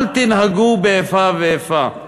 אל תנהגו איפה ואיפה.